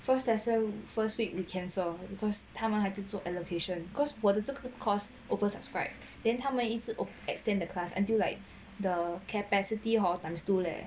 first lesson first week they cancel because 他们还是做 allocation cause 我的这个 course oversubscribed then 他们一直 extend the class until like the capacity times two leh